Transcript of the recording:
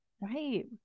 Right